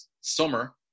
summer